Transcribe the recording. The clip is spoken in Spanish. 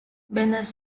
venas